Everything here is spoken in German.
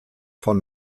von